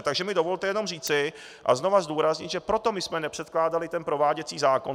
Takže mi dovolte jenom říci a znovu zdůraznit, že proto my jsme nepředkládali prováděcí zákon.